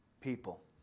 people